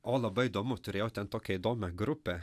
o labai įdomu turėjau ten tokią įdomią grupę